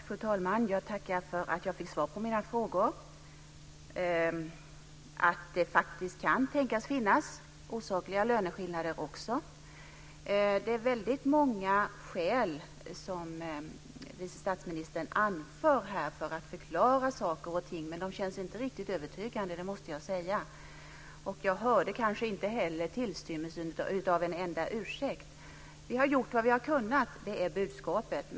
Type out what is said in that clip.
Fru talman! Jag tackar för att jag fick svar på mina frågor, att det faktiskt kan tänkas finnas osakliga löneskillnader också. Det är väldigt många skäl som vice statsministern anför här för att förklara saker och ting, men de känns inte riktigt övertygande. Det måste jag säga. Jag hörde inte heller tillstymmelsen till en enda ursäkt. Vi har gjort vad vi har kunnat är budskapet.